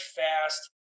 fast